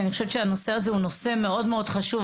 כי אני חושבת שהנושא הזה מאוד מאוד חשוב,